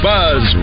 Buzz